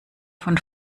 von